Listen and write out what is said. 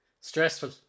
Stressful